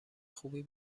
خوبی